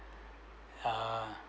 ah